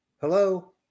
Hello